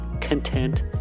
content